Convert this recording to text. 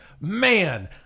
man